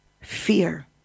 Fear